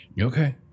Okay